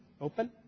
open